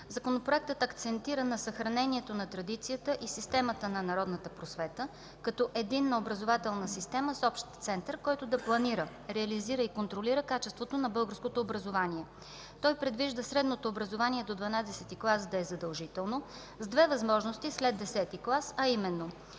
Законопроектът акцентира на съхранението на традицията и системата на народната просвета като единна образователна система с общ център, който да планира, реализира и контролира качеството на българското образование. Той предвижда средното образование до дванадесети клас да е задължително, с две възможности след десети клас, а именно: